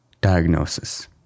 diagnosis